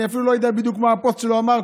אני אפילו לא יודע מה הפוסט שלו אמר,